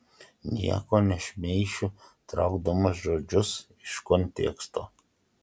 nieko nešmeišiu traukdamas žodžius iš konteksto